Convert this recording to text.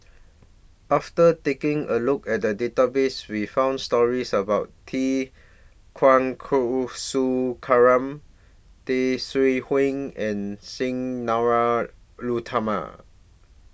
after taking A Look At The Database We found stories about T Kulasekaram Tay Seow Huah and Sang Lara Utama